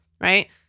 Right